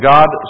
God